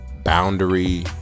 Boundary